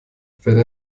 fährt